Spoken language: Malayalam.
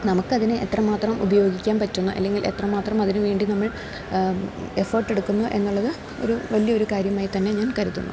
നമുക്കതിനെ എത്ര മാത്രം ഉപയോഗിക്കാൻ പറ്റുന്നോ അല്ലെങ്കിൽ എത്ര മാത്രം അതിന് വേണ്ടി നമ്മൾ എഫേർട്ട് എടുക്കുന്നു എന്നുള്ളത് ഒരു വലിയ ഒരു കാര്യമായി തന്നെ ഞാൻ കരുതുന്നു